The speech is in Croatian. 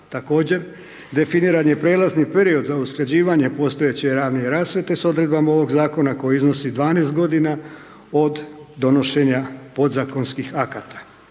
Također, definiran je prelazni period za usklađivanje postojeće javne rasvjete s odredbama ovoga zakona koji iznosi 12 g. od donošenja podzakonskih akata.